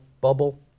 bubble